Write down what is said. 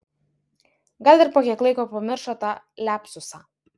gal ir po kiek laiko pamiršo tą liapsusą